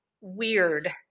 weird